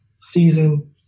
season